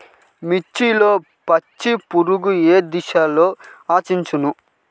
మిర్చిలో పచ్చ పురుగు ఏ దశలో ఆశించును?